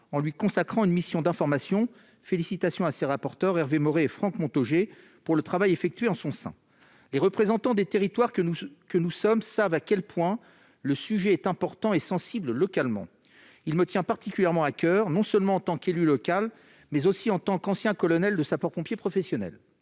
en lui consacrant une mission d'information. J'adresse toutes mes félicitations à ses rapporteurs, Hervé Maurey et Franck Montaugé, pour le travail qu'ils ont réalisé. Les représentants des territoires que nous sommes savons à quel point ce sujet est important et sensible localement. Celui-ci me tient particulièrement à coeur, non seulement en tant qu'élu local, mais aussi en tant qu'ancien colonel de sapeurs-pompiers professionnels.